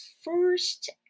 first